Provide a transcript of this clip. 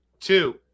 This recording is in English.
Two